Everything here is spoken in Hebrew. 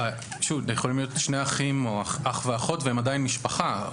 יכולים להיות שני אחים או אח ואחות והם עדיין משפחה.